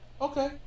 Okay